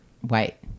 white